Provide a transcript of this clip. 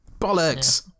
bollocks